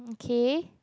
okay